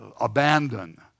abandon